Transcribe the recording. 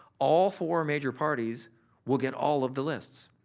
all four major parties will get all of the lists,